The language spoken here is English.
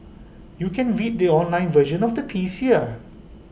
you can read the online version of the piece here